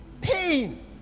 pain